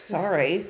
Sorry